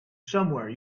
somewhere